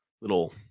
little